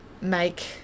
make